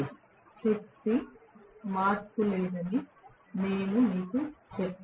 కాబట్టి శక్తి మార్పులేనిదని నేను మీకు చెప్పాను